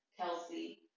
Kelsey